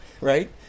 right